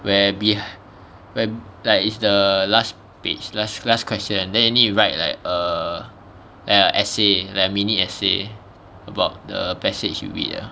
where B where like it's the last page last last question then you need to write like err like a essay like mini essay about the passage you read ah